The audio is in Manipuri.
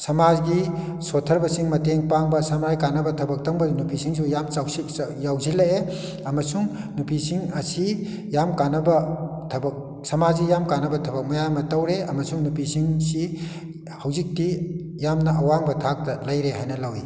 ꯁꯃꯥꯖꯀꯤ ꯁꯣꯠꯊꯔꯕꯁꯤꯡ ꯃꯇꯦꯡ ꯄꯥꯡꯕ ꯁꯃꯥꯖꯒꯤ ꯀꯥꯟꯅꯕ ꯊꯕꯛ ꯇꯧꯕ ꯅꯨꯄꯤꯁꯤꯡꯁꯨ ꯌꯥꯝ ꯌꯥꯎꯁꯤꯜꯂꯛꯑꯦ ꯑꯃꯁꯨꯡ ꯅꯨꯄꯤꯁꯤꯡ ꯑꯁꯤ ꯌꯥꯝ ꯀꯥꯅꯕ ꯊꯕꯛ ꯁꯃꯥꯖꯒꯤ ꯌꯥꯝ ꯀꯥꯟꯅꯕ ꯊꯕꯛ ꯃꯌꯥꯝ ꯑꯃ ꯇꯧꯔꯦ ꯑꯃꯁꯨꯡ ꯅꯨꯄꯤꯁꯤꯡꯁꯤ ꯍꯧꯖꯤꯛꯇꯤ ꯌꯥꯝꯅ ꯑꯋꯥꯡꯕ ꯊꯥꯛꯇ ꯂꯩꯔꯦ ꯍꯥꯏꯅ ꯂꯧꯏ